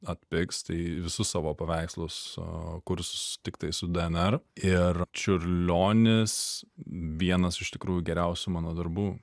atpigs tai visus savo paveikslus kurs tiktai su dnr ir čiurlionis vienas iš tikrųjų geriausių mano darbų